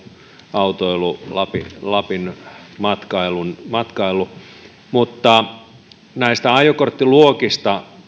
autoilu lapin lapin matkailu näistä ajokorttiluokista